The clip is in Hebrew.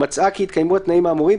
מצאה כי התקיימו התנאים האמורים,